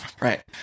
Right